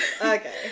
okay